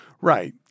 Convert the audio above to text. Right